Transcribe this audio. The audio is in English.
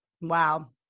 Wow